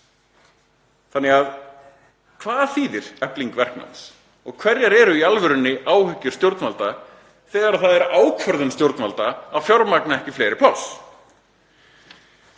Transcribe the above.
Þannig að hvað þýðir efling verknáms og hverjar eru í alvörunni áhyggjur stjórnvalda þegar það er ákvörðun stjórnvalda að fjármagna ekki fleiri pláss?